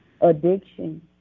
addiction